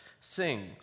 Sing